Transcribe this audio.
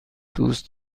دوست